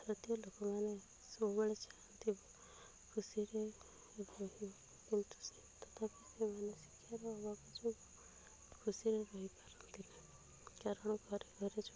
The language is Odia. ଭାରତୀୟ ଲୋକମାନେ ସବୁବେଳେ ଚାହାଁନ୍ତି ଖୁସିରେ ରହିବାକୁ କିନ୍ତୁ ତଥାପି ସେମାନେ ଶିକ୍ଷାର ଅଭାବ ଯୋଗୁଁ ଖୁସିରେ ରହି ପାରନ୍ତି ନାହିଁ କାରଣ ଘରେ ଘରେ ଯେଉଁ